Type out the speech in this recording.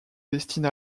destine